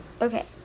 okay